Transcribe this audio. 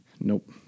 Nope